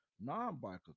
non-biker